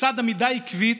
לצד עמידה עקבית,